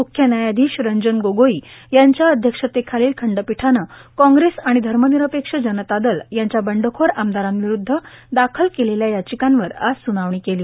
मुख्य न्यायाधीश रंजन गोगोई यांच्या अध्यक्षतेखातील खंडपीठानं कॉंग्रेस आणि धर्मनिरपेक्ष जनता दल यांच्या बंडखोर आमदारांविरूद्ध दाखल केलेल्या याचिकांवर आज सुनावणी केली